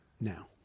now